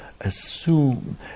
assume